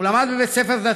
הוא למד בבית ספר דתי.